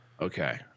Okay